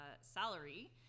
salary